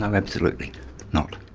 um absolutely not.